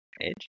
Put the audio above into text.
edge